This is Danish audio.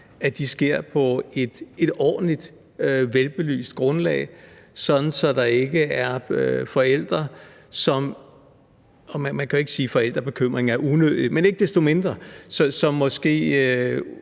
sker på et ordentligt, velbelyst grundlag, sådan at der ikke er forældre, som, selv om man jo ikke kan sige, at forældrebekymringer er unødige, måske så ikke desto mindre ud fra en